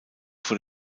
vor